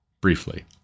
briefly